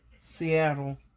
Seattle